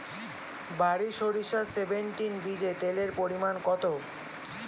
বারি সরিষা সেভেনটিন বীজে তেলের পরিমাণ কত?